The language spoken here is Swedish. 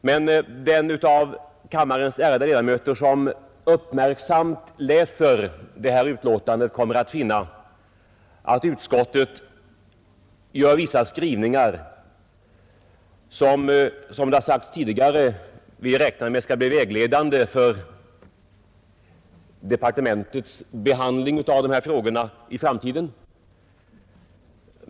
Men de av kammarens ärade ledamöter som uppmärksamt läser detta betänkande kommer att finna att utskottet har vissa skrivningar som, såsom sagts tidigare, kommer att bli vägledande för departementets behandling av de här frågorna i framtiden.